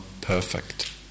perfect